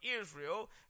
Israel